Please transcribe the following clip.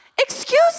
Excuse